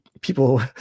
people